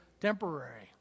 temporary